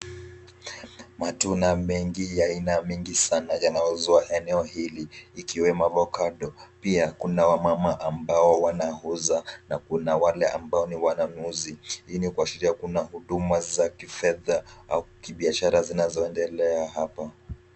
Matunda mengi ya aina mingi sana yanaozua eneo hili, ikiwemo avocado pia kuna wamama ambao wanauza na kuna wale ambao ni wananuzi lakini bado kuna huduma za kifedha au kibiashara zinazoendelea hapa.